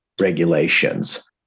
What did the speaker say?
regulations